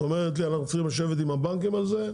את אומרת לי אנחנו צריכים לשבת עם הבנקים על זה?